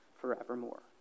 forevermore